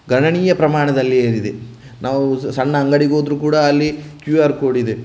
ಗಣನೀಯ ಪ್ರಮಾಣದಲ್ಲಿ ಏರಿದೆ ನಾವು ಸಣ್ಣ ಅಂಗಡಿಗೋದ್ರೂ ಕೂಡ ಅಲ್ಲಿ ಕ್ಯೂ ಆರ್ ಕೋಡ್ ಇದೆ